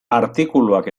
artikuluak